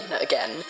again